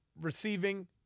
Receiving